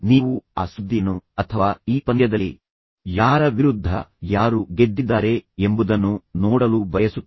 ನೀವು ಆ ಸುದ್ದಿಯನ್ನು ಅಥವಾ ಈ ಪಂದ್ಯದಲ್ಲಿ ಯಾರ ವಿರುದ್ಧ ಯಾರು ಗೆದ್ದಿದ್ದಾರೆ ಎಂಬುದನ್ನು ನೋಡಲು ಬಯಸುತ್ತೀರಿ